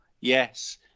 yes